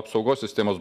apsaugos sistemos